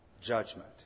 judgment